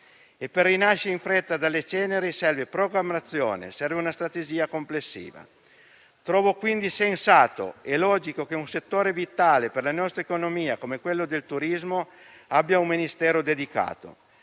per rinascere in fretta dalle ceneri servono programmazione e una strategia complessiva. Trovo quindi sensato e logico che un settore vitale per la nostra economia come quello del turismo abbia un Ministero dedicato.